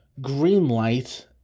greenlight